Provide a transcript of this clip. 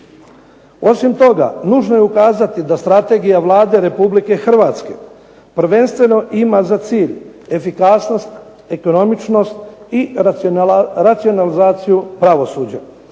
Osim toga nužno je ukazati da strategija Vlade Republike Hrvatske prvenstveno ima za cilj efikasnost, ekonomičnosti i racionalizaciju pravosuđa.